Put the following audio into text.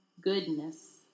goodness